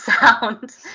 sound